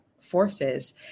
forces